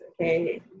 okay